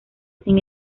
sin